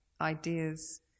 ideas